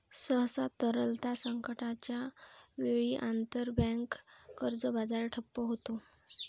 सहसा, तरलता संकटाच्या वेळी, आंतरबँक कर्ज बाजार ठप्प होतो